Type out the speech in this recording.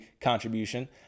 contribution